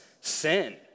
sin